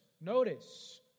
Notice